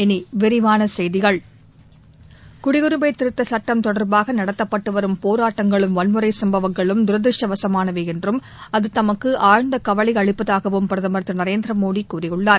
இனி விரிவான செய்திகள் குடியுரிமை திருத்தச் சுட்டம் தொடர்பாக நடத்தப்பட்டு வரும் போராட்டங்களும் வன்முறை சும்பவங்களும் தரதிருஷ்டவசமானவை என்றும் அது தமக்கு ஆழ்ந்த கவலை அளிப்பதாகவும் பிரதமள் திரு நரேந்திரமோடி கூறியுள்ளார்